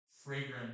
fragrant